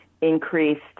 increased